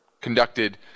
conducted